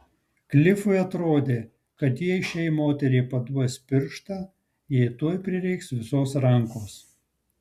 klifui atrodė kad jei šiai moteriai paduosi pirštą jai tuoj prireiks visos rankos